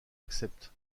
accepte